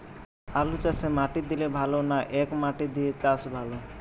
আলুচাষে মাটি দিলে ভালো না একমাটি দিয়ে চাষ ভালো?